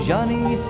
Johnny